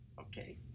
okay